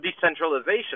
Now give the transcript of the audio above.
decentralization